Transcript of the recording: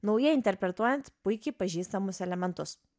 naujai interpretuojant puikiai pažįstamus elementus